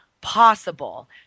possible